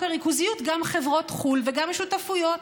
הריכוזיות גם חברות חו"ל וגם שותפויות.